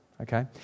Okay